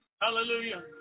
Hallelujah